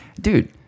Dude